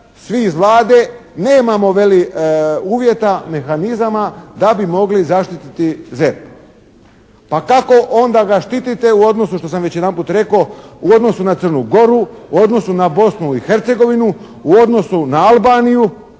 svi iz Vlade, nemamo veli uvjeta, mehanizama da bi mogli zaštititi ZERP. Pa kako onda ga štitite u odnosu, što sam već jedanput rekao, u odnosu na Crnu Goru, u odnosu na Bosnu i Hercegovinu, u odnosu na Albaniju.